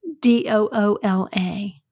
D-O-O-L-A